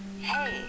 Hey